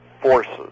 forces